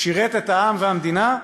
שירת את העם והמדינה,